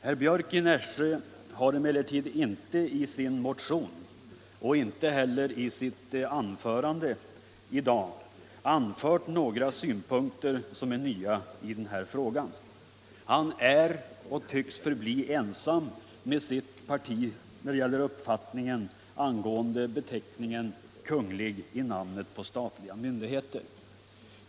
Herr Björck har emellertid inte i sin motion och inte heller i sitt anförande i dag anfört några nya synpunkter i den här frågan. Han och hans parti är och tycks förbli ensamma om sin uppfattning angående beteckningen Kunglig i namnet på statliga myndigheter.